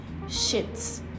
shits